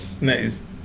Nice